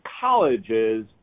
colleges